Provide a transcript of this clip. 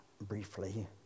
briefly